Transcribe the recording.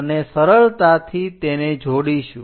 અને સરળતાંથી તેને જોડીશું